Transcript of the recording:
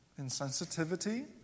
insensitivity